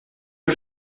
que